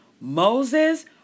Moses